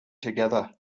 together